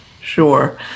Sure